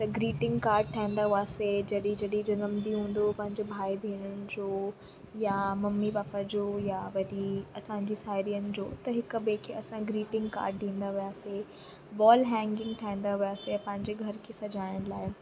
त greeting card ठाहींदा हुआसीं जॾहिं जॾहिं जंहिं जो जनमु ॾींहुं हूंदो हुओ पंहिंजे भाई भेणनि जो या मम्मी पापा जो या वरी असांजी साहेड़ियुनि जो त हिकु ॿिएं खे असां ग्रीटिंग काड ॾींदा हुआसीं वॉल हैंगिंग ठाहींदा हुआसीं पंहिंजे घर खे सजाइण लाइ